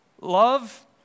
love